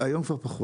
כבר פחות.